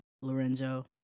Lorenzo